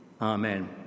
Amen